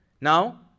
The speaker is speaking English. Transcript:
Now